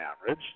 average